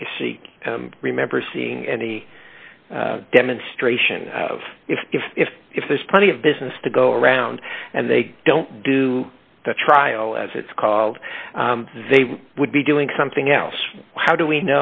see remember seeing any demonstration of if if if if there's plenty of business to go around and they don't do the trial as it's called they would be doing something else how do we